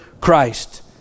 Christ